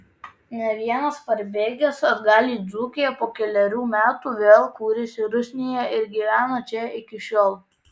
ne vienas parbėgęs atgal į dzūkiją po kelerių metų vėl kūrėsi rusnėje ir gyvena čia iki šiol